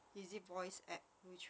easy voice app which